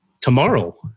tomorrow